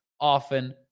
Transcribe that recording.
often